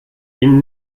ihn